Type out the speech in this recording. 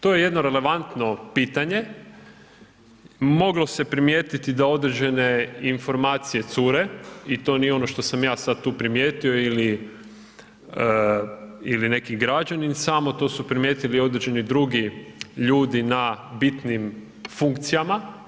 To je jedno relevantno pitanje, moglo se primijetiti da određene informacije cure i to nije ono što sam ja sada tu primijetio ili neki građanin samo, to su primijetili i određeni drugi ljudi na bitnim funkcijama.